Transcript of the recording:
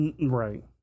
right